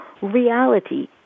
reality